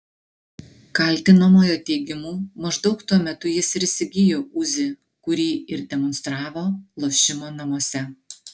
kaltinamojo teigimu maždaug tuo metu jis ir įsigijo uzi kurį ir demonstravo lošimo namuose